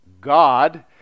God